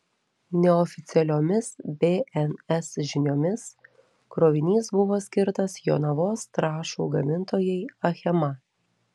neoficialiomis bns žiniomis krovinys buvo skirtas jonavos trąšų gamintojai achema